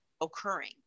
occurring